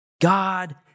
God